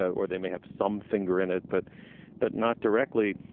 or they may have some finger in it, but but not directly.